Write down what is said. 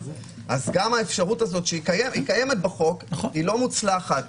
גם האפשרות הזאת, שהיא קיימת בחוק, היא לא מוצלחת.